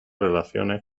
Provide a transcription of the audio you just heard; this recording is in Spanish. relaciones